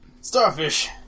Starfish